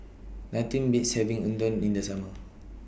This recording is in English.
Nothing Beats having Unadon in The Summer